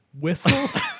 whistle